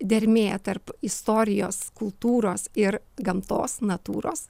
dermė tarp istorijos kultūros ir gamtos natūros